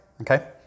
okay